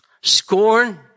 scorn